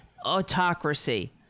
autocracy